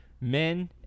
Men